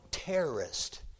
terrorist